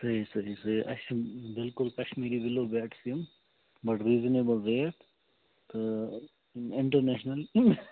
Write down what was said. صحیح صحیح صحیح اَسہِ چھُنہٕ بِلکُل کشمیٖری وِلو بیٹس یِم بَڑٕ ریٖزنیبل ریٹ تہٕ انٹڑنیشنَل